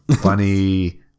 funny